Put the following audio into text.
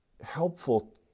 helpful